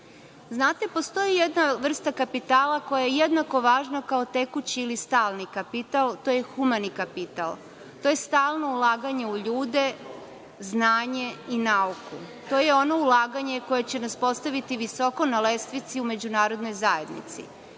obrazovanje. Postoji jedna vrsta kapitala koja je jednako važna kao tekući ili stalni kapital. To je humani kapital. To je stalno ulaganje u ljude, znanje i nauku. To je ono ulaganje koje će nas postaviti visoko na lestvici u međunarodnoj zajednici.